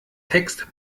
text